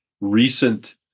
recent